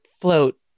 float